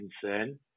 concern